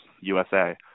USA